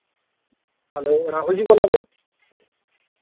hello Rahul ji बोल्ला दे ओ